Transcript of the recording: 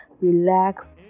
relax